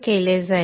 केले जाईल